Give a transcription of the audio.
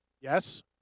Yes